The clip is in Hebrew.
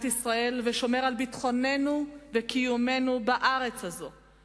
ישראל ושומר על ביטחוננו וקיומנו בארץ הזאת,